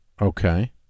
Okay